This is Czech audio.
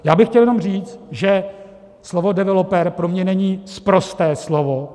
Já bych chtěl jenom říct, že slovo developer pro mě není sprosté slovo.